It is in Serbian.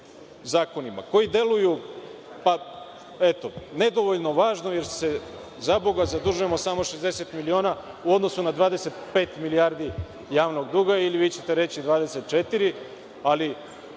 koji deluju nedovoljno važno jer se, zaboga, zadužujemo samo 60 miliona u odnosu na 25 milijardi javnog duga, ili vi ćete reći 24, ali